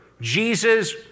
Jesus